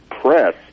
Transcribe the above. press